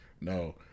no